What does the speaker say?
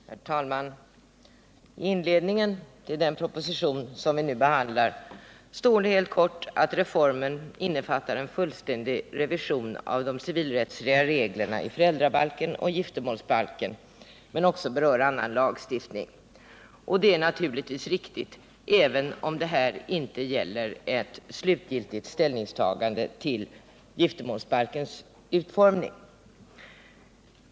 Herr talman! I inledningen till den proposition som vi nu behandlar står det helt kort att reformen innefattar en fullständig revision av de civilrättsliga reglerna i föräldrabalken och giftermålsbalken men också berör annan lagstiftning. Det är naturligtvis riktigt, även om det här inte gäller ett slutgiltigt ställningstagande till giftermålsbalkens utformande.